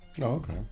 okay